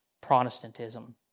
Protestantism